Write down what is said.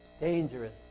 Dangerous